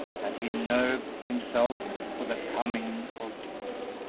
and he nerved himself for the coming ordeal.